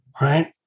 right